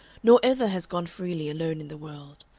nor ever has gone freely alone in the world,